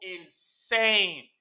insane